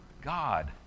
God